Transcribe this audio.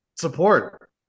support